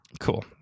Cool